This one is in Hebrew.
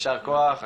יישר כוח,